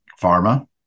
pharma